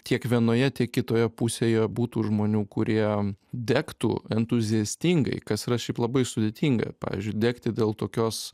tiek vienoje tiek kitoje pusėje būtų žmonių kurie degtų entuziastingai kas yra šiaip labai sudėtinga pavyzdžiui degti dėl tokios